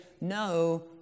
no